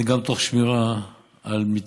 על תעשיית כחול-לבן, וזה גם תוך שמירה על מתווה